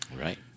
Right